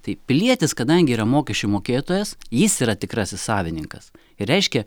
tai pilietis kadangi yra mokesčių mokėtojas jis yra tikrasis savininkas reiškia